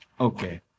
Okay